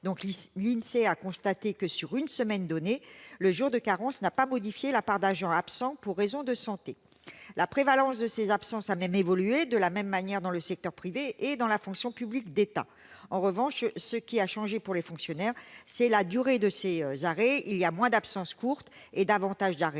et le 1 janvier 2014 : sur une semaine donnée, « le jour de carence n'a pas modifié la part d'agents absents pour raison de santé ». La prévalence de ces absences a évolué de la même manière dans le secteur privé et dans la fonction publique d'État. En revanche, ce qui a changé pour les fonctionnaires, c'est la durée de ces arrêts : il y a moins d'absences courtes et davantage d'arrêts